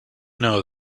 know